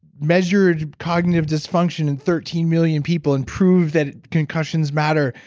measured cognitive dysfunction in thirteen million people and proved that concussions matter.